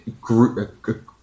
group